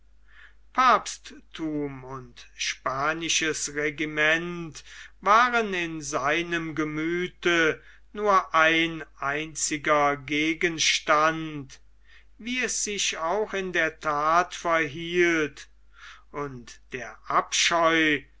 papsttum und spanisches regiment waren in seinem gemüthe nur ein einziger gegenstand wie es sich auch in der that verhielt und der abscheu